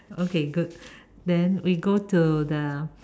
okay good then we go to the